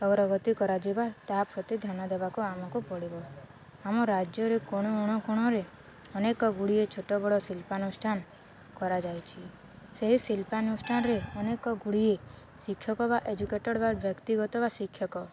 ଅଗ୍ରଗତି କରାଯିବା ତା ପ୍ରତି ଧ୍ୟାନ ଦେବାକୁ ଆମକୁ ପଡ଼ିବ ଆମ ରାଜ୍ୟରେ କୋଣ ଅନୁକୋଣରେ ଅନେକଗୁଡ଼ିଏ ଛୋଟ ବଡ଼ ଶିଳ୍ପାନୁଷ୍ଠାନ କରାଯାଇଛି ସେହି ଶିଳ୍ପାନୁଷ୍ଠାନରେ ଅନେକଗୁଡ଼ିଏ ଶିକ୍ଷକ ବା ଏଜୁକେଟେଡ଼୍ ବା ବ୍ୟକ୍ତିଗତ ବା ଶିକ୍ଷକ